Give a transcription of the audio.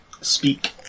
Speak